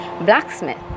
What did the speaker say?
blacksmith